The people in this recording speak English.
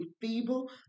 feeble